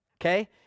okay